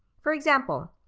for example,